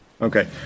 Okay